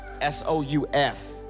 S-O-U-F